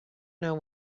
know